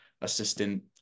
assistant